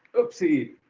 oopsie.